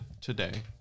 today